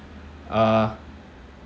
uh